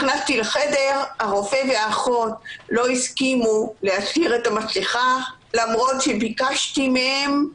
בחדר הרופא והאחות לא הסכימו להסיר את המסכה למרות שביקשתי מהם.